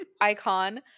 icon